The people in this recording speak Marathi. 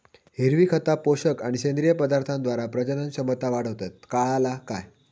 हिरवी खता, पोषक आणि सेंद्रिय पदार्थांद्वारे प्रजनन क्षमता वाढवतत, काळाला काय?